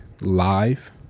Live